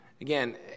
Again